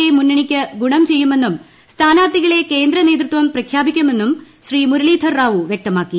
A മുന്നണിക്കു ഗുണം ചെയ്യുമെന്നും സ്ഥാനാർഥികളെ കേന്ദ്ര നേതൃത്വം പ്രഖ്യാപിക്കുമെന്നും ശ്രീ മുരളീധർറാവു വൃക്തമാക്കി